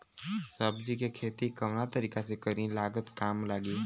सब्जी के खेती कवना तरीका से करी की लागत काम लगे?